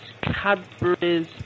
Cadbury's